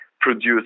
produce